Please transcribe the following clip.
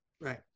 Right